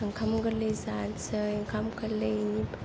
ओंखाम गोरलै जानोसै ओंखाम गोरलै